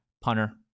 punter